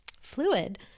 fluid